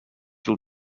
will